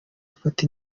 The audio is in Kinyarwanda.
ufata